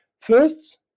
First